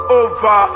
over